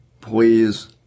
please